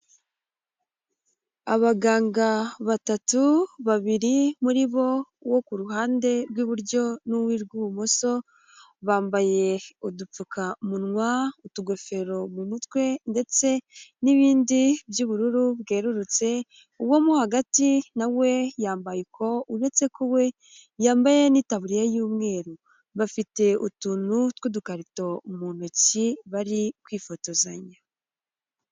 Abaganga batatu babiri muri bo uwo ku ruhande rw'iburyo n'uw'urw'ibumoso bambaye udupfukamunwa utugofero mu mutwe ndetse n'ibindi by'ubururu bwerurutse, uwo mo hagati nawe yambaye uko, uretse ko we yambaye n'itaburiya y'umweru bafite utuntu tw'udukarito mu ntoki bari kwifotozanya.